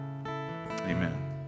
Amen